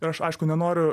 ir aš aišku nenoriu